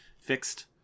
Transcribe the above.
fixed